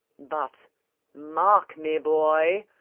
but mark me, boy,